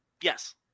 Yes